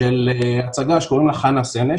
של הצגה שקוראים לה 'חנה סנש',